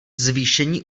zvýšení